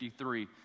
53